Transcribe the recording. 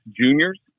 juniors